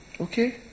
Okay